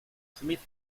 smith